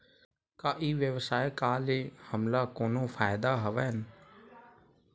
का ई व्यवसाय का ले हमला कोनो फ़ायदा हवय?